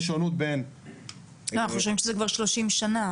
יש שונות בין --- לא, חושבים שזה כבר 30 שנים.